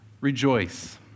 rejoice